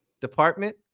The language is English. department